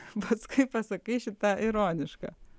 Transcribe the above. paskui pasakai šitą ironišką